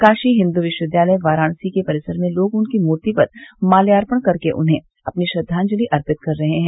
काशी हिन्दू विश्वविद्यालय वाराणसी के परिसर में लोग उनकी मूर्ति पर माल्यार्पण कर के उन्हें अपनी श्रद्वांजलि अर्पित कर रहे हैं